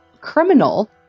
criminal